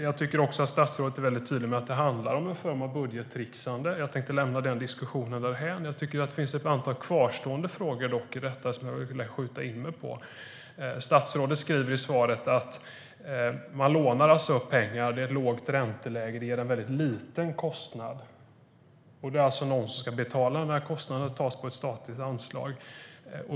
Jag tycker också att statsrådet är tydlig med att det handlar om en form av budgettrixande. Jag tänkte lämna den diskussionen därhän. Det finns dock ett antal kvarstående frågor i detta som jag ville skjuta in mig på. Statsrådet skriver i svaret att man lånar upp pengar när det är lågt ränteläge, vilket ger en väldigt liten kostnad. Det är någon som ska betala den kostnaden. Det tas på ett statligt anslag.